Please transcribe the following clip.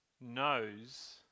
knows